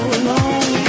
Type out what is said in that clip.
alone